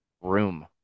room